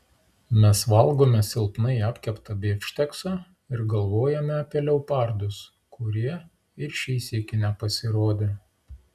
mes valgome silpnai apkeptą bifšteksą ir galvojame apie leopardus kurie ir šį sykį nepasirodė